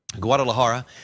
Guadalajara